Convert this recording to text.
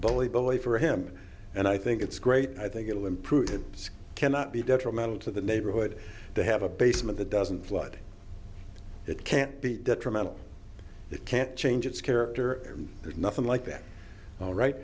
believe for him and i think it's great i think it will improve it cannot be detrimental to the neighborhood to have a basement the doesn't flood it can't be detrimental it can't change its character there's nothing like that all right